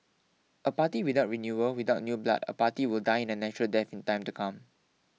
a party without renewal without new blood a party will die in a natural death in time to come